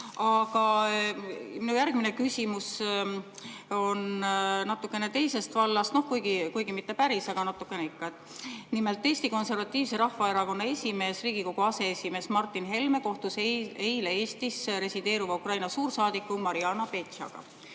järgmine küsimus on natuke teisest vallast, kuigi mitte päris, aga natuke ikka. Nimelt, eile kohtus Eesti Konservatiivse Rahvaerakonna esimees, Riigikogu aseesimees Martin Helme Eestis resideeruva Ukraina suursaadiku Marjana Betsaga.